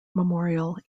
memorial